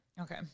Okay